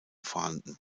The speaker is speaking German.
vorhanden